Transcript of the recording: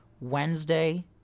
Wednesday